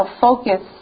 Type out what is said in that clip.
focus